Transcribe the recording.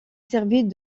servit